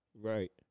Right